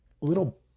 little